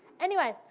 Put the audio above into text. anyway,